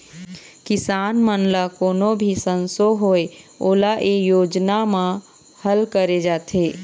किसान मन ल कोनो भी संसो होए ओला ए योजना म हल करे जाथे